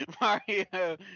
Mario